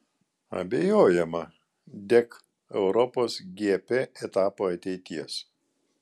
abejojama dėk europos gp etapo ateities